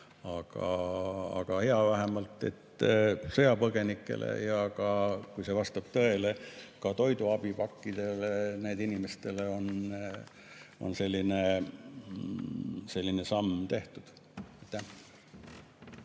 Aga hea vähemalt, et sõjapõgenikele ja ka, kui see vastab tõele, toiduabipakkide [saajatele] on selline samm tehtud.